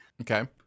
Okay